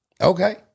Okay